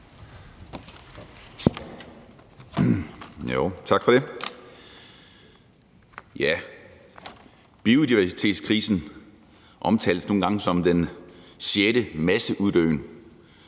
Tak for det. Biodiversitetskrisen omtales nogle gange som den sjette masseuddøen.